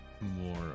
more